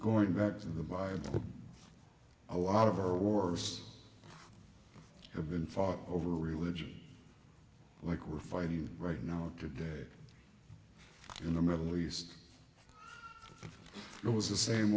going back to the by a lot of our wars have been fought over religion like we're fighting right now today in the middle east it was the same